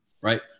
right